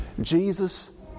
Jesus